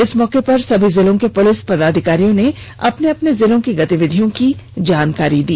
इस मौके पर सभी जिलों के पुलिस पदाधिकारियों ने अपने अपने जिलों की गतिविधियों की जानकारी दी